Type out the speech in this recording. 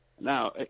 Now